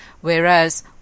whereas